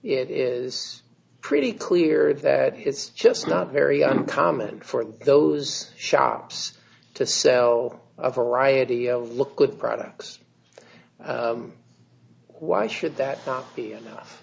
it is pretty clear that it's just not very uncommon for those shops to sell a variety of look good products why should that be enough